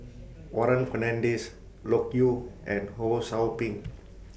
Warren Fernandez Loke Yew and Ho SOU Ping